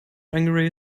angry